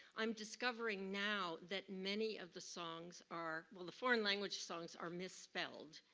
i'm discovering now that many of the songs are, well the foreign language songs are misspelled,